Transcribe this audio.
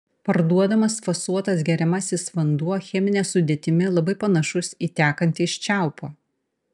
parduodamas fasuotas geriamasis vanduo chemine sudėtimi labai panašus į tekantį iš čiaupo